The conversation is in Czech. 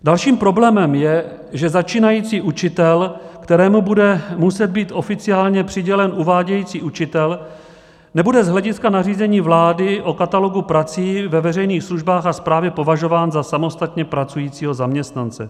Dalším problémem je, že začínající učitel, kterému bude muset být oficiálně přidělen uvádějící učitel, nebude z hlediska nařízení vlády o katalogu prací ve veřejných službách a správě považován za samostatně pracujícího zaměstnance.